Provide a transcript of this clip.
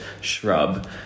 shrub